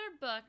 book